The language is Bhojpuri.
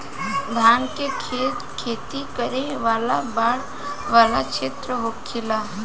धान के खेत खेती करे वाला बाढ़ वाला क्षेत्र होखेला